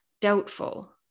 doubtful